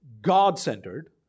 God-centered